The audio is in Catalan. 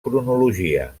cronologia